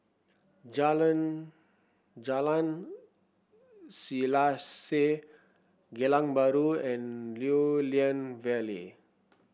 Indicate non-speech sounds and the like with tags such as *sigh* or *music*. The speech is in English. *unintelligible* Jalan Selaseh Geylang Bahru and Lew Lian Vale